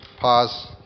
pause